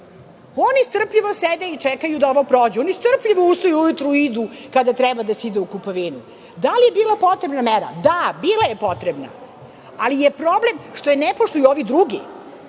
Oni strpljivo sede i čekaju da ovo prođe. Oni strpljivo ustaju ujutru i idu kada treba da se ide u kupovinu. Da li je bila potrebna mera? Da, bila je potrebna, ali je problem što je ne poštuju ovi drugi. Ja